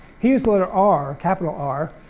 he used the letter r, capital r.